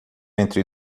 entre